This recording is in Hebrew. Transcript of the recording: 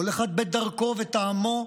כל אחד בדרכו וטעמו,